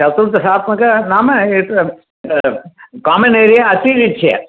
चतुर्दशात्मक नाम एत् common area अतिरिच्य